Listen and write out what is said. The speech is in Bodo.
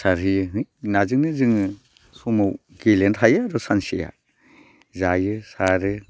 सारहैयो नाजोंनो जोङो समाव गेलेना थायो आरो सानसेया जायो सारो